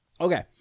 Okay